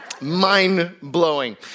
Mind-blowing